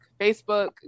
Facebook